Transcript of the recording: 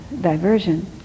diversion